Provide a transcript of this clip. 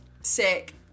Sick